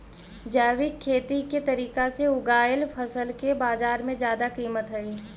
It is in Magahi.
जैविक खेती के तरीका से उगाएल फसल के बाजार में जादा कीमत हई